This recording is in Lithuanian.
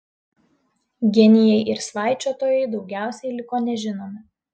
genijai ir svaičiotojai daugiausiai liko nežinomi